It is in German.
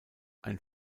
ein